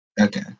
Okay